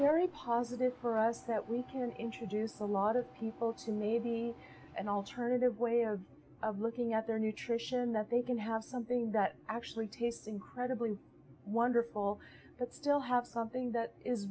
very positive for us that we can introduce a lot of people to maybe an alternative way of looking at their nutrition that they can have something that actually tastes incredibly wonderful but still have something that is